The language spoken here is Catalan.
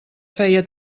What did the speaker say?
feia